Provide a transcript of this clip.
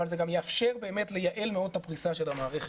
אבל זה גם יאפשר באמת לייעל מאוד את הפרישה של המערכת.